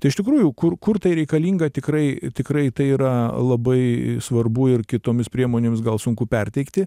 tai iš tikrųjų kur kur tai reikalinga tikrai tikrai tai yra labai svarbu ir kitomis priemonėmis gal sunku perteikti